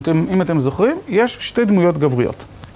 אם אתם זוכרים, יש שתי דמויות גבריות.